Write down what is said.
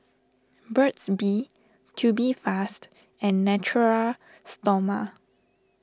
Burt's Bee Tubifast and Natura Stoma